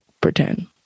pretend